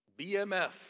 BMF